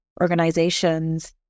organizations